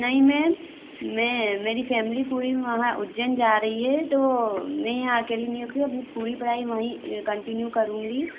नहीं मैम मैं मेरी फैमिली पूरी वहाँ उज्जैन जा रही है तो मैं यहाँ अकेली अभी पूरी पढ़ाई वहीं कंटिन्यू करूँगी